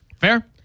Fair